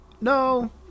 no